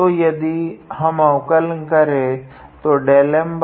तो यदि हम अवकलन करे तो 𝜕𝑀𝜕𝑦−sinh𝑦